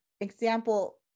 example